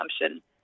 consumption